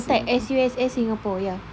kau type S_U_S_S Singapore ya